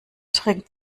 trinkt